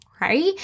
right